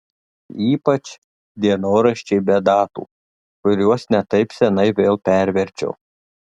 ypač dienoraščiai be datų kuriuos ne taip seniai vėl perverčiau